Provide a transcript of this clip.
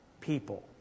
people